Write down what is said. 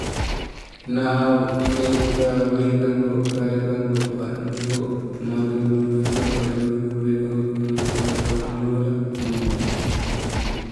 Nau, keuka, wekango, kalekango, panoko nauke nola, keukai nola, wekango ke nola, kalekango ke nola, nola.